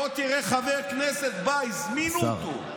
בוא תראה חבר כנסת בא, הזמינו אותו, השר.